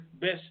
best